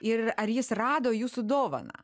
ir ar jis rado jūsų dovaną